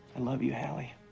love you, hallie.